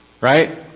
Right